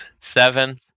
seven